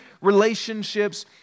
relationships